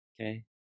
Okay